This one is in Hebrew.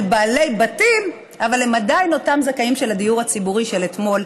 בעלי בתים אבל הם עדיין אותם הזכאים של הדיור הציבורי של אתמול,